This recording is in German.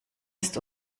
ist